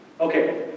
Okay